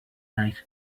night